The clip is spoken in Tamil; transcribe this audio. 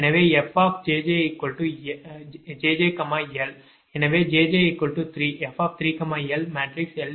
எனவே fjjl எனவே jj3 f3l மேட்ரிக்ஸ் l12